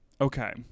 Okay